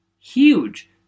Huge